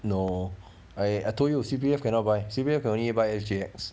no I I told you C_P_F cannot buy C_P_F can only buy S_G_X